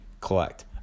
collect